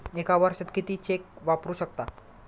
एका वर्षात किती चेक वापरू शकता?